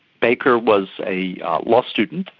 baker was a law student,